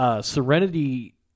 Serenity